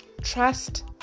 trust